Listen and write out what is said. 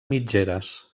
mitgeres